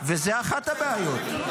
וזאת אחת הבעיות.